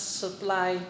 supply